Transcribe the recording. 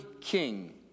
king